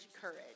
courage